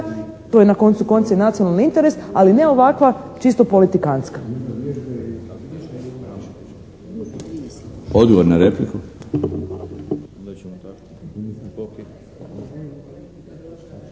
to je na koncu konca i nacionalni interes, ali ne ovakva čisto politikantska.